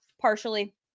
partially